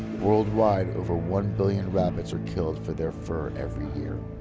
worldwide, over one billion rabbits are killed for their fur every year.